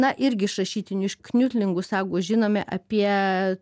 na irgi iš rašytinių iš kniutlingų sagų žinome apie